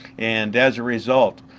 and as a result,